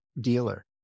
dealer